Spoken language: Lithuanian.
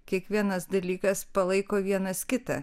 kiekvienas dalykas palaiko vienas kitą